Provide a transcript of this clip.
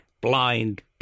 blind